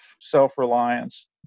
self-reliance